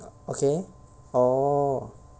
okay oh